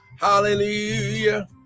Hallelujah